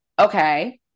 okay